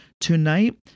tonight